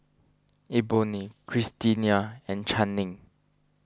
Eboni Christina and Channing